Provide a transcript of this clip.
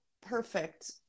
perfect